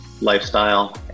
lifestyle